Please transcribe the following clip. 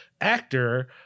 actor